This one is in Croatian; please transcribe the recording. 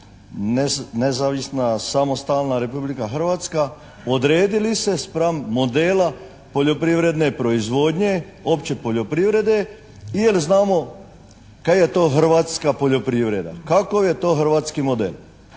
nezavisna, samostalna Republika Hrvatska odredili se spram modela poljoprivredne proizvodnje, opće poljoprivrede jer znamo kaj je to hrvatska poljoprivreda? Kakav je to hrvatski model?